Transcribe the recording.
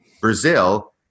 Brazil